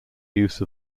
use